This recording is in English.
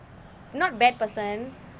not bad person